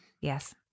Yes